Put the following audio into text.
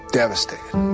devastated